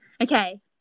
Okay